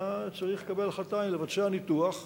אתה צריך לקבל החלטה אם לבצע ניתוח,